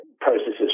processes